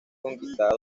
conquistada